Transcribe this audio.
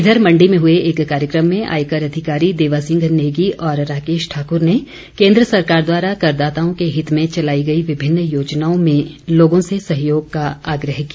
इधर मण्डी में हुए एक कार्यक्रम में आयकर अधिकारी देवासिंह नेगी और राकेश ठाकुर ने केन्द्र सरकार द्वारा कर दाताओं के हित में चलाई गई विभिन्न योजनाओं में लोगों से सहयोग का आग्रह किया